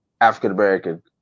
African-American